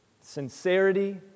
sincerity